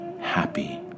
happy